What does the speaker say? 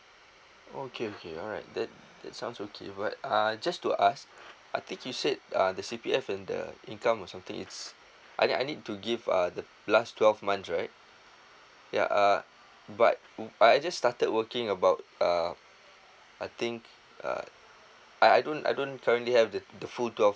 okay okay alright that that sounds okay but uh just to ask I think you said uh the C_P_F and the income or something is I need I need to give uh the last twelve months right ya uh but I I just started working about uh I think uh I I don't I don't currently have the the full twelve